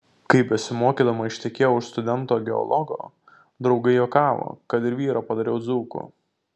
kai besimokydama ištekėjau už studento geologo draugai juokavo kad ir vyrą padariau dzūku